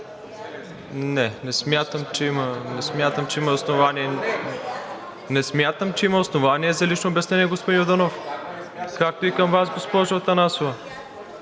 Не смятам, че има основание за лично обяснение, господин Йорданов, както и към Вас, госпожо Атанасова.